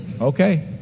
Okay